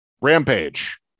rampage